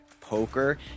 poker